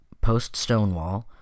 post-Stonewall